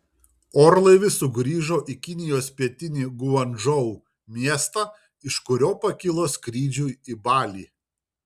orlaivis sugrįžo į kinijos pietinį guangdžou miestą iš kurio pakilo skrydžiui į balį